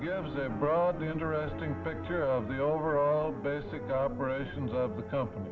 gives them the interesting picture of the overall basic operations of the company